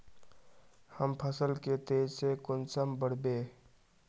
हम फसल के तेज से कुंसम बढ़बे?